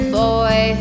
boy